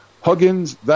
Huggins